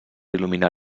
il·luminar